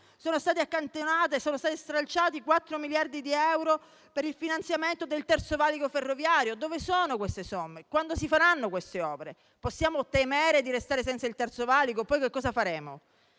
sono stati stralciati quattro miliardi di euro per il finanziamento del terzo valico ferroviario. Dove sono queste somme? Quando si faranno queste opere? Possiamo temere di restare senza il terzo valico? Poi che cosa faremo?